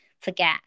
forget